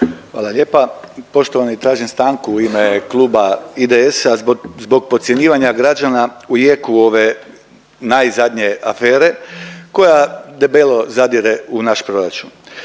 Hvala lijepa, poštovani tražim stanku u ime Kluba IDS-a zbog podcjenjivanja građana u jeku ove najzadnje afere koja debelo zadire u naš proračun.